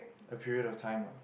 a period of time ah